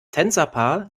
tänzerpaar